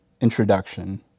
Introduction